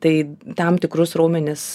tai tam tikrus raumenis